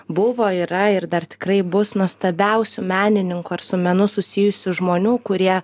buvo yra ir dar tikrai bus nuostabiausių menininkų ar su menu susijusių žmonių kurie